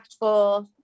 impactful